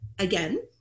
Again